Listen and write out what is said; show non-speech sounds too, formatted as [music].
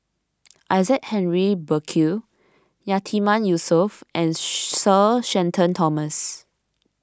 Isaac Henry Burkill Yatiman Yusof and [hesitation] Sir Shenton Thomas